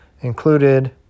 included